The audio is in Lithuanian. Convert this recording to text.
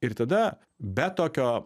ir tada be tokio